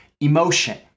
emotion